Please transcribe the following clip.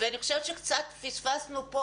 ואני חושבת שקצת פספסנו פה,